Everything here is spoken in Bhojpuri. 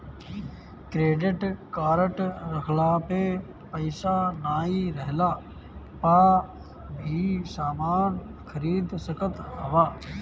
क्रेडिट कार्ड रखला पे पईसा नाइ रहला पअ भी समान खरीद सकत हवअ